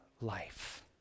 life